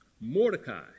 Mordecai